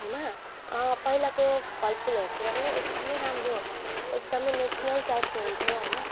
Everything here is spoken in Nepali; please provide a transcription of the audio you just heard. होइन पहिलाको फलफुलहरूतिर पनि एकदमै राम्रो एकदमै नेसनल टाइपको हुन्थ्यो होइन